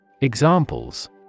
Examples